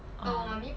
uh